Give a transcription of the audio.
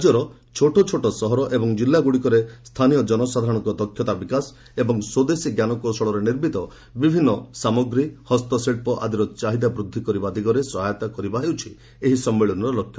ରାଜ୍ୟର ଛୋଟ ଛୋଟ ସହର ଏବଂ ଜିଲ୍ଲାଗୁଡ଼ିକରେ ସ୍ଥାନୀୟ ଜନସାଧାରଣଙ୍କ ଦକ୍ଷତା ବିକାଶ ଏବଂ ସ୍ୱଦେଶୀ ଜ୍ଞାନକୌଶଳରେ ନିର୍ମିତ ବିଭିନ୍ନ ଦ୍ରବ୍ୟ ହସ୍ତଶିଳ୍ପ ଆଦିର ଚାହିଦା ବୃଦ୍ଧି କରିବା ଦିଗରେ ସହାୟତା କରିବା ହେଉଛି ଏହି ସମ୍ମିଳନୀର ଲକ୍ଷ୍ୟ